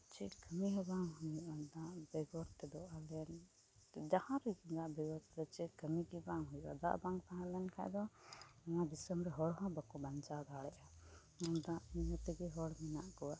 ᱪᱮᱫ ᱠᱟᱹᱢᱤᱜᱮ ᱵᱟᱝ ᱦᱩᱭᱩᱜᱼᱟ ᱫᱟᱜ ᱵᱮᱜᱚᱨ ᱛᱮᱫᱚ ᱟᱞᱮ ᱡᱟᱦᱟᱸ ᱨᱮᱜᱤ ᱱᱚᱣᱟ ᱪᱮᱫ ᱠᱟᱹᱢᱤᱜᱮ ᱵᱟᱝ ᱦᱩᱭᱩᱜᱼᱟ ᱫᱟᱜ ᱵᱟᱝ ᱛᱟᱦᱮᱸᱞᱮᱱ ᱠᱷᱟᱡᱫᱚ ᱱᱚᱣᱟ ᱫᱤᱥᱚᱢᱨᱮ ᱦᱚᱲᱦᱚᱸ ᱵᱟᱠᱚ ᱵᱟᱧᱪᱟᱣ ᱫᱟᱲᱮᱜᱼᱟ ᱫᱟᱜ ᱤᱭᱟᱹ ᱛᱮᱜᱮ ᱦᱚᱲ ᱦᱮᱱᱟᱜ ᱠᱚᱣᱟ